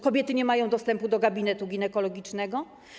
Kobiety nie mają dostępu do gabinetu ginekologicznego.